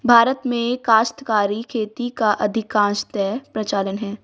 भारत में काश्तकारी खेती का अधिकांशतः प्रचलन है